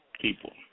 people